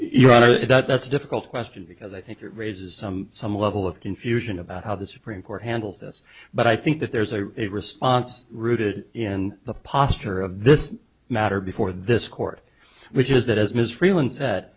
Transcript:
honor that's a difficult question because i think it raises some some level of confusion about how the supreme court handles this but i think that there's a response rooted in the posture of this matter before this court which is that as